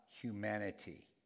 humanity